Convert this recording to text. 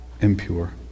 impure